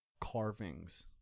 carvings